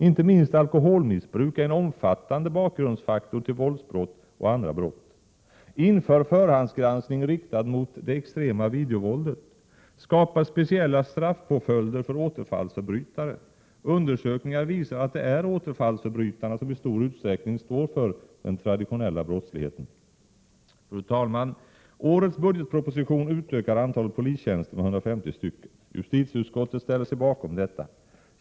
Inte minst alkoholmissbruk är en omfattande bakgrundsfaktor till våldsbrott och andra brott. Skapa speciella straffpåföjder för återfallsförbrytare. Undersökningar 18 maj 1988 visar att det är återfallsförbrytarna som i stor utsträckning står för den traditionella brottsligheten. Fru talman! Årets budgetproposition utökar antalet polistjänster med 150 stycken. Justitieutskottet ställer sig bakom detta.